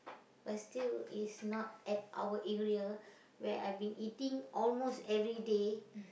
but still is not at our area where I've been eating almost everyday